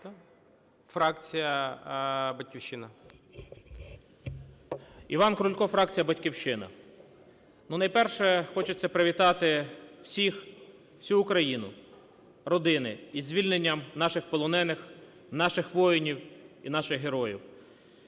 Іван Крулько, фракція "Батьківщина". Ну, найперше, хочеться привітати всіх, всю Україну, родини із звільненням наших полонених, наших воїнів і наших героїв.